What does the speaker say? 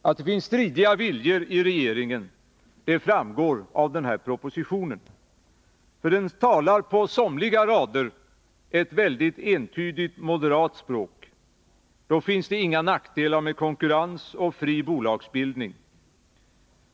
Att det finns stridiga viljor i regeringen framgår av propositionen, för den talar på somliga rader ett väldigt entydigt moderat språk. Då finns det inga nackdelar med konkurrens och fri bolagsbildning.